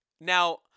Now